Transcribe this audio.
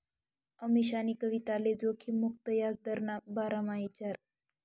अमीशानी कविताले जोखिम मुक्त याजदरना बारामा ईचारं